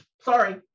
Sorry